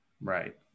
right